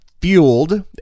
fueled